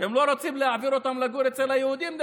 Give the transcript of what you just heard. שהם לא רוצים להעביר אותם לגור אצל היהודים,